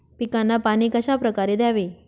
पिकांना पाणी कशाप्रकारे द्यावे?